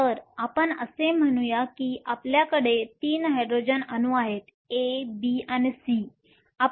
तर आपण असे म्हणूया की आपल्याकडे 3 हायड्रोजन अणू आहेत A B आणि C